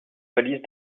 valise